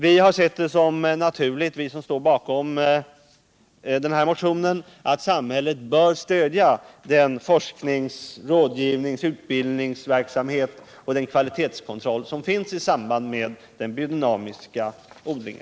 Vi som står bakom den här motionen har sett det som naturligt att samhället skall stödja forsknings-, rådgivningsoch utbildningsverksamhet samt kvalitetskontroll i samband med biodynamisk odling.